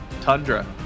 tundra